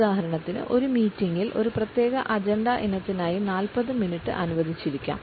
ഉദാഹരണത്തിന് ഒരു മീറ്റിംഗിൽ ഒരു പ്രത്യേക അജണ്ട ഇനത്തിനായി 40 മിനിറ്റ് അനുവദിച്ചിരിക്കാം